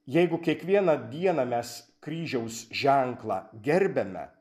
jeigu kiekvieną dieną mes kryžiaus ženklą gerbiame